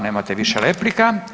Nemate više replika.